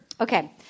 Okay